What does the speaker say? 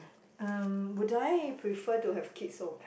um would I prefer to have kids or pet